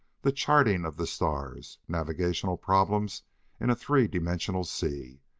the charting of the stars, navigational problems in a three-dimensional sea.